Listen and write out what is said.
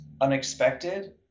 unexpected